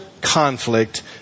conflict